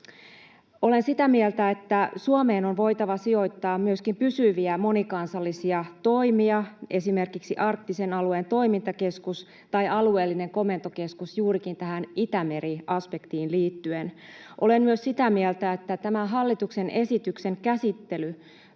Olen sitä mieltä, että Suomeen on voitava sijoittaa myöskin pysyviä monikansallisia toimia, esimerkiksi arktisen alueen toimintakeskus tai alueellinen komentokeskus juurikin tähän Itämeri-aspektiin liittyen. Olen myös sitä mieltä, että tämän hallituksen esityksen käsittely